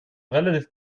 relativ